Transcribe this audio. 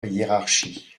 hiérarchie